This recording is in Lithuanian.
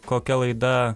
kokia laida